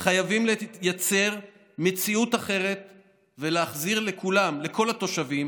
אנחנו חייבים לייצר מציאות אחרת ולהחזיר לכל התושבים